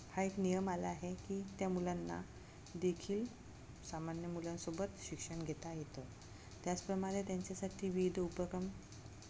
हा एक नियम आला आहे की त्या मुलांना देखील सामान्य मुलांसोबत शिक्षण घेता येतं त्याचप्रमाणे त्यांच्यासाठी विविध उपक्रम